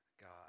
God